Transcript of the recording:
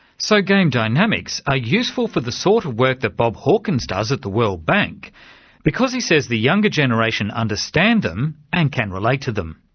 so game dynamics are useful for the sort of work that bob hawkins does at the world bank because he says, the younger generation understand them and can relate to them.